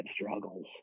struggles